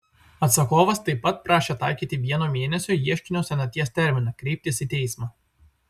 atsakovas taip pat prašė taikyti vieno mėnesio ieškinio senaties terminą kreiptis į teismą